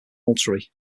admiralty